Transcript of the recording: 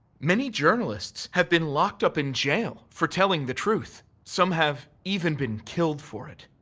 many journalists have been locked up in jail for telling the truth. some have even been killed for it.